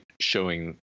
showing